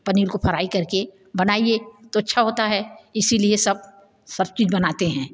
पनीर को फ्राइ कर के बनाइए तो अच्छा होता है इसी लिए सब सब चीज़ बनाते हैं